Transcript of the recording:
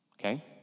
Okay